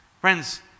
Friends